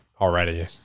already